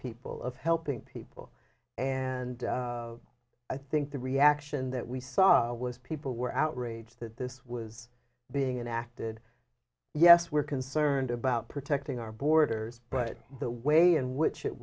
people of helping people and i think the reaction that we saw was people were outraged that this was being an acted yes we're concerned about protecting our borders but the way in which it